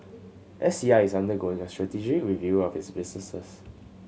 S C I is undergoing a strategic review of its businesses